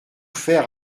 faire